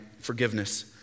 forgiveness